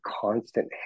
constant